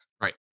Right